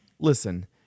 Listen